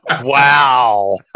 wow